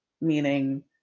meaning